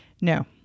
No